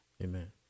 Amen